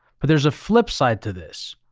but there's a flip side to this,